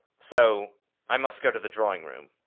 so i must go to the drawingroom.